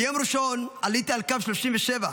ביום ראשון עליתי על קו 37,